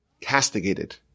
castigated